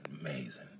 Amazing